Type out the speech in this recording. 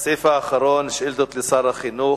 הסעיף האחרון: שאילתות לשר החינוך.